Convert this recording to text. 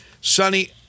sunny